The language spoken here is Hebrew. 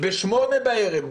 בשמונה בערב,